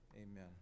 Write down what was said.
Amen